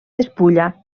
despulla